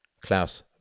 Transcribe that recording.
Klaus